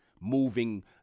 moving